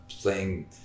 playing